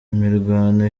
imirwano